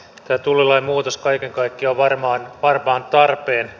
tämä tullilain muutos kaiken kaikkiaan on varmaan tarpeen